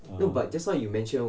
err